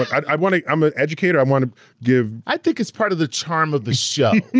i wanna, i'm an educator, i wanna give i think it's part of the charm of the show,